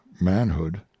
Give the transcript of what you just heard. manhood